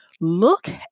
look